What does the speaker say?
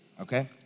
okay